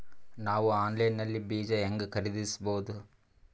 ನಾವು ಆನ್ಲೈನ್ ನಲ್ಲಿ ಬೀಜ ಹೆಂಗ ಖರೀದಿಸಬೋದ?